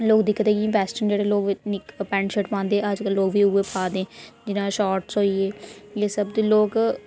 लोक दिखदे कि बैस्ट न जेह्ड़े लोक इक पैंट शर्ट पांदे अज्जकल लोक बी उ'यै पा दे जियां शार्ट होई गे एह् सब ते लोक